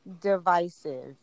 divisive